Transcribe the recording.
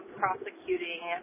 prosecuting